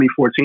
2014